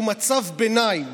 הוא מצב ביניים,